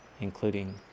including